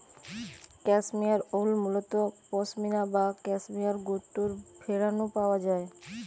cashmere wool মুলত পসমিনা বা cashmere গোত্রর ভেড়া নু পাওয়া যায়